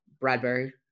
bradbury